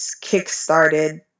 kick-started